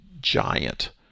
giant